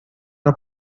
una